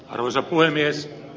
arvoisa puhemies